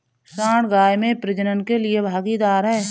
सांड गाय में प्रजनन के लिए भागीदार है